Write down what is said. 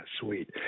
Sweet